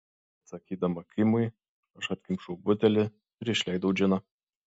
atsakydama kimui aš atkimšau butelį ir išleidau džiną